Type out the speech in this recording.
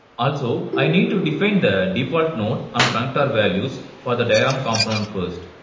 also, i need to define the default node, and connector values for the diagram component first.